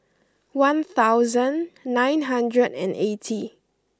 one thousand nine hundred and eighty